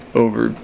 over